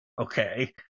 Okay